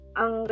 ang